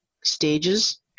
stages